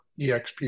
eXp